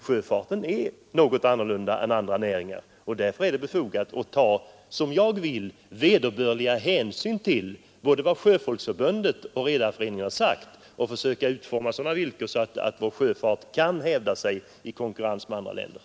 Sjöfarten är annorlunda än andra näringar, och därför är det befogat att ta — som jag vill — vederbörliga hänsyn till vad både Svenska sjöfolksförbundet och Sveriges redareförening har sagt och försöka utforma sådana villkor att vår sjöfart kan hävda sig i konkurrens med andra länders.